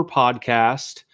podcast